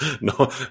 no